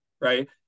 right